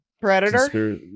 Predator